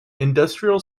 industrial